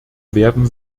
werden